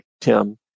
Tim